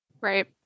Right